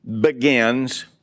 begins